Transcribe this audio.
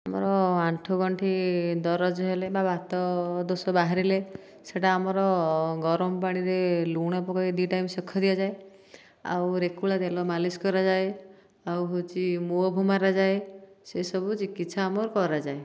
ଆମର ଆଣ୍ଠୁ ଗଣ୍ଠି ଦରଜ ହେଲେ ବା ବାତ ଦୋଷ ବାହାରିଲେ ସେଇଟା ଆମର ଗରମ ପାଣିରେ ଲୁଣ ପକେଇ ଦୁଇ ଟାଇମ୍ ସେକ ଦିଆଯାଏ ଆଉ ରେକୁଳା ତେଲ ମାଲିସ୍ କରାଯାଏ ଆଉ ହେଉଛି ମୁଭ୍ ମାରାଯାଏ ସେହି ସବୁ ଚିକିତ୍ସା ଆମ କରାଯାଏ